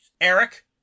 Eric